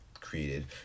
created